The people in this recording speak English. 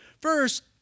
First